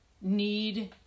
need